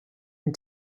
and